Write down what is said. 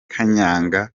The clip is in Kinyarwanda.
kanyanga